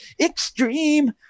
extreme